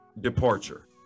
departure